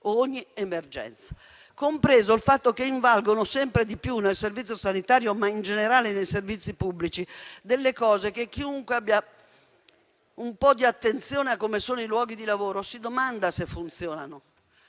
ogni emergenza. Aggiungo che invalgono sempre di più nel Servizio sanitario, ma in generale nei servizi pubblici, delle cose che chiunque abbia un po' di attenzione a come sono i luoghi di lavoro si domanda se funzionino.